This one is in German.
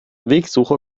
wegsuche